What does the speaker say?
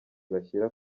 bashyira